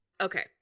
Okay